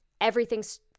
everything's